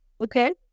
okay